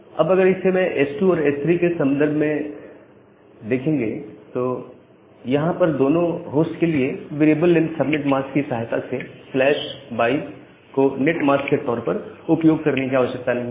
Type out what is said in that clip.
अब अगर इसे S2 और S3 के संदर्भ में देखें तो यहां पर इन दोनों होस्ट के लिए वेरिएबल लेंथ सबनेट मास्क की सहायता से 22 को नेट मास्क के तौर पर उपयोग करने की आवश्यकता नहीं है